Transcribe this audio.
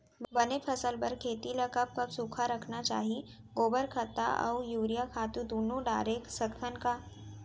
बने फसल बर खेती ल कब कब सूखा रखना चाही, गोबर खत्ता और यूरिया खातू दूनो डारे सकथन का?